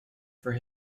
for